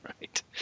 Right